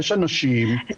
יש אנשים,